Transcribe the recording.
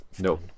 No